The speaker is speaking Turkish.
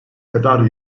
kadar